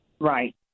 Right